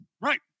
right